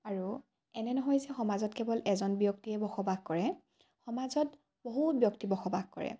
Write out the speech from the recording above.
আৰু এনে নহয় যে সমাজত কেৱল এজন ব্যক্তিয়ে বসবাস কৰে সমাজত বহুত ব্যক্তি বসবাস কৰে